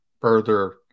further